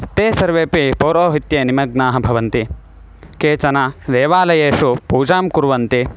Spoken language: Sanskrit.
ते सर्वेऽपि पौरोहित्ये निमग्नाः भवन्ति केचन देवालयेषु पूजां कुर्वन्ति